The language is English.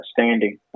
outstanding